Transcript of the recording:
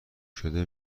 شده